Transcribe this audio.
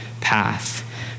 path